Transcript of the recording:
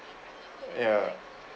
ya